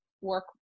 work